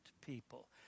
people